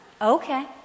Okay